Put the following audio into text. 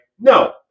no